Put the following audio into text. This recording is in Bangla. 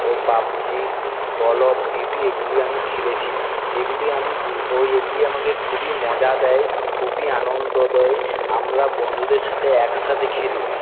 O PUBG call of duty এগুলি আমি খেলেছি এগুলি আমি ওই এইগুলি আমাকে খুবই মজা দেয় খুবই আনন্দ দেয় আমরা বন্ধুদের সাথে একসাথে খেলি